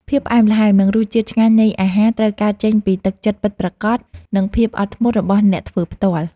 ភាពផ្អែមល្ហែម និងរសជាតិឆ្ងាញ់នៃអាហារត្រូវកើតចេញពីទឹកចិត្តពិតប្រាកដ និងភាពអត់ធ្មត់របស់អ្នកធ្វើផ្ទាល់។